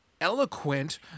eloquent